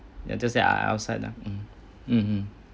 ya just that I outside lah mm mm mm